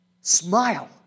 Smile